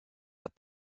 got